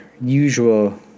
usual